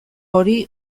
hori